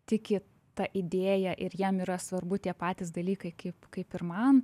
tiki ta idėja ir jiem yra svarbu tie patys dalykai kaip kaip ir man